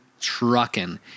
trucking